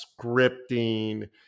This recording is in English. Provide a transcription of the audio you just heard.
scripting